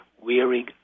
wearing